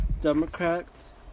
Democrats